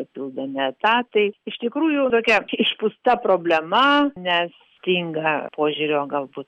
papildomi etatai iš tikrųjų tokia išpūsta problema nes stinga požiūrio galbūt